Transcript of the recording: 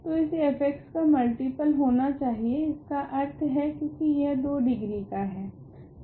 तो इसे f का मल्टिपल होना चाहिए इसका अर्थ है क्योकि यह 2 डिग्री का है